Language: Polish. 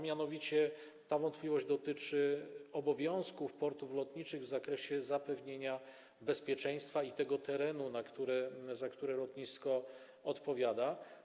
Mianowicie ta wątpliwość dotyczy obowiązków portów lotniczych w zakresie zapewnienia bezpieczeństwa tego terenu, za który lotnisko odpowiada.